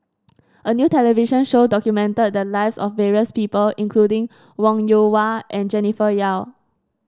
a new television show documented the lives of various people including Wong Yoon Wah and Jennifer Yeo